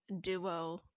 duo